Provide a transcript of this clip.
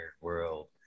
world